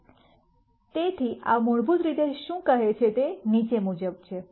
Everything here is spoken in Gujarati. તેથી આ મૂળભૂત રીતે શું કહે છે તે નીચે મુજબ છે